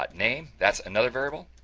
but name. that's another variable.